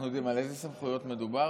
אנחנו יודעים על איזה סמכויות מדובר?